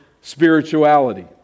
spirituality